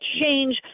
change